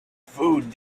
food